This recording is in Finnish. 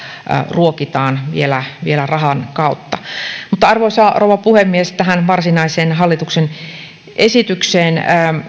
ruokitaan vielä vielä rahan kautta mutta arvoisa rouva puhemies tähän varsinaiseen hallitukseen esitykseen